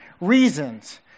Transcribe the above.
reasons